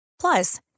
Plus